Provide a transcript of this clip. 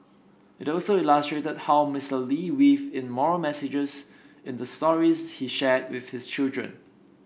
it also illustrated how Mister Lee weaved in moral messages in the stories he shared with his children